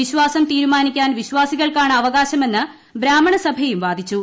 വിശ്വാസം തീരുമാനിക്കാൻ വിശ്വാസികൾക്കാണ് അവകാശമെന്ന് ബ്രാഹ്മണ സഭയും വാദിച്ചു